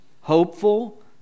hopeful